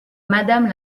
madame